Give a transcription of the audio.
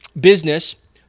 business